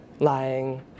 lying